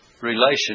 relation